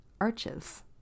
arches